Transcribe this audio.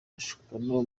mashukano